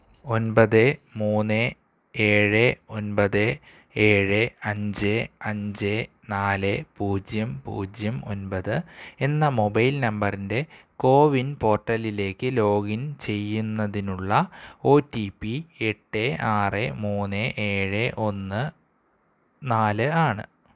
ഒന്പത് മൂന്ന് ഏഴ് ഒന്പത് ഏഴ് അഞ്ച് അഞ്ച് നാല് പൂജ്യം പൂജ്യം ഒന്പത് എന്ന മൊബൈൽ നമ്പറിൻ്റെ കോവിൻ പോർട്ടലിലേക്കു ലോഗ് ഇൻ ചെയ്യുന്നതിനുള്ള ഒ ടി പി എട്ട് ആറ് മൂന്ന് ഏഴ് ഒന്ന് നാല് ആണ്